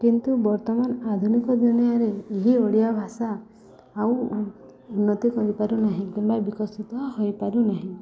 କିନ୍ତୁ ବର୍ତ୍ତମାନ ଆଧୁନିକ ଦୁନିଆଁରେ ଏହି ଓଡ଼ିଆ ଭାଷା ଆଉ ଉନ୍ନତି କରିପାରୁନାହିଁ କିମ୍ବା ବିକଶିତ ହୋଇ ପାରୁନାହିଁ